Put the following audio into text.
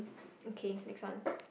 okay next one